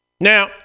Now